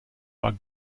war